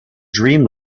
dream